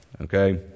okay